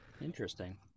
Interesting